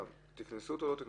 האם תקנסו אותו או לא?